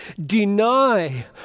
deny